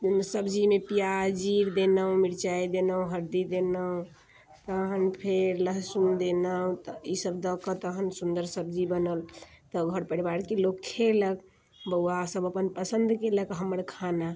सब्जीमे पियाज जीर देलहुँ मिरचाइ देलहुँ हरदी देलहुँ तहन फेर लहसुन देलहुँ तऽ ई सब दऽके तहन सुन्दर सब्जी बनल तऽ घर परिवारके लोक खेलक बौआ सब अपन पसन्द केलक हमर खाना